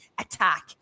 attack